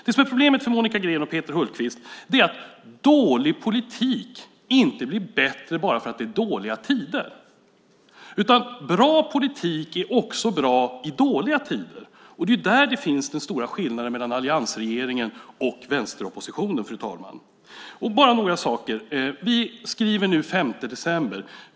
Det som är problemet för Monica Green och Peter Hultqvist är att dålig politik inte blir bättre bara för att det är dåliga tider. Bra politik är också bra i dåliga tider. Det är där den stora skillnaden finns mellan alliansregeringen och vänsteroppositionen, fru talman. Bara några saker vill jag nämna. Vi skriver nu den 5 december.